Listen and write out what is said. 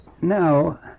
now